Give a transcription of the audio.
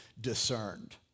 discerned